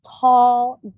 tall